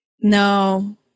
No